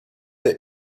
der